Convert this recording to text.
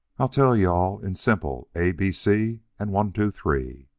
i'll tell you-all in simple a, b, c and one, two, three.